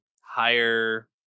higher